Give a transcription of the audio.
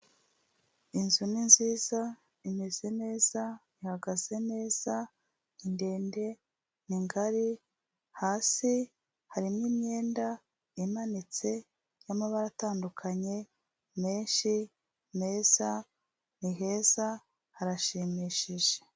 Inzu ni nziza, imeze neza, ihagaze neza, ni ndende, ni ngari, hasi harimo imyenda imanitse iri y'amabara atandukanye menshi meza, ni heza, harashimishije.